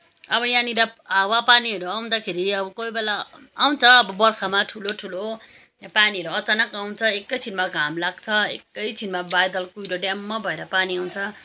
अब यहाँनिर हावा पानीहरू आउँदाखेरि अब कोही बेला आउँछ अब बर्खामा ठुलो ठुलो पानीहरू अचानक आउँछ एकैछिनमा घाम लाग्छ एकैछिनमा बादल कुइरो ड्याम्म भएर पानी आउँछ